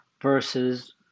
versus